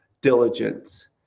diligence